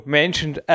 mentioned